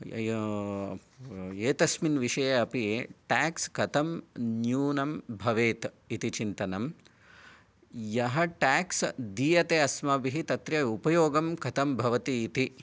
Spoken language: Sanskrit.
एतस्मिन् विषये अपि टेक्स् कथं न्यूनं भवेत् इति चिन्तनं यः टेक्स् दीयते अस्माभिः तत्र उपयोगं कथं भवति इति